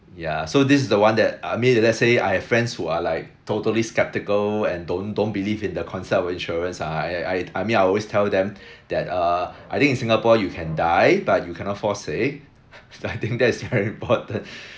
ya so this is the one that I mean let's say I have friends who are like totally skeptical and don't don't believe in the concept of insurance ah I I I mean I always tell them that err I think in singapore you can die but you cannot fall sick I think that is very important